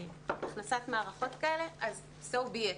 בהכנסת מערכות כאלה, so be it.